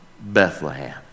Bethlehem